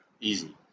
easy